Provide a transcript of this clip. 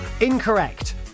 incorrect